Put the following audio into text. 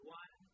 one